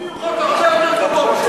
הם הביאו חוק הרבה יותר גרוע מזה.